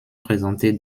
présentés